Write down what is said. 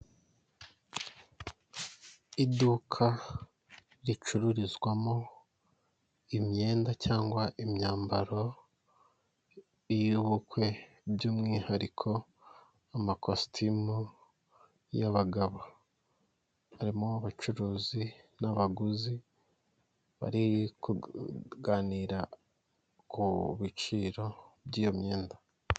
Iduka ricururizwamo imyenda cyangwa imyambaro y'ubukwe by'umwihariko amakositimu y'abagabo, harimo abacuruzi n'abaguzi bari kuganira ku biciro by'iyo myenda.